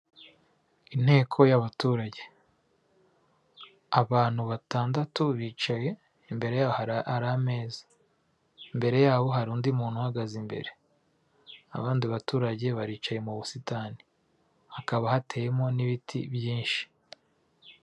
Inteko y'abaturage; abantu batandatu bicaye imbere yabo hari ameza; imbere yaho hari undi muntu uhagaze imbere; abandi baturage baricaye mu busitani, hakaba hateyemo n'ibiti byinshi.